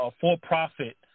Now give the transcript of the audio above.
for-profit